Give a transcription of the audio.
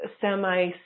semi